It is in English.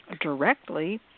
directly